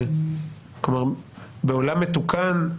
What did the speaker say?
כלומר, בעולם מתוקן,